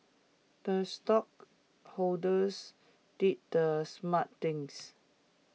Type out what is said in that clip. the stockholders did the smart things